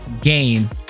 game